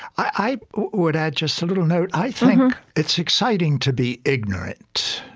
i would add just a little note. i think it's exciting to be ignorant.